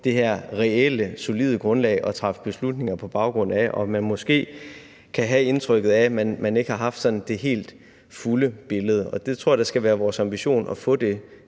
det her reelle, solide grundlag at træffe beslutninger på baggrund af, og at man måske kan have et indtryk af, at man ikke har haft sådan det helt fulde billede. Og det tror jeg da skal være vores ambition at få den